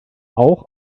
auch